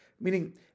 meaning